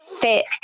fit